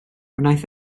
wnaeth